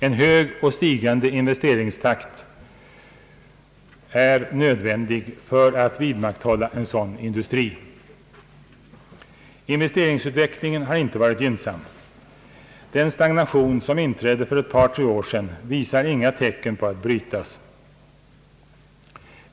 En hög och stigande investeringstakt är nödvändig för att vidmakthålla en sådan industri. Investeringsutvecklingen har inte varit gynnsam. Den stagnation som inträdde för ett par tre år sedan visar inga tecken på att brytas.